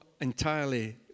entirely